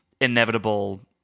inevitable